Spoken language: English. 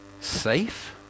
safe